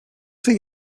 think